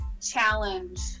challenge